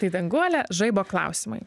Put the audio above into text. tai danguole žaibo klausimai